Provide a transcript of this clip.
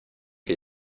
que